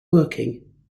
working